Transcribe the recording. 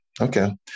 okay